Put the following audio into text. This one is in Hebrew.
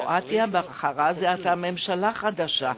קרואטיה בחרה זה עתה ממשלה חדשה.